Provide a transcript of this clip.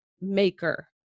maker